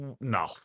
No